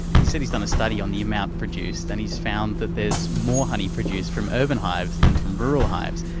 he said he's done a study on the amount produced and he's found that there is more honey produced from urban hives than from rural hives.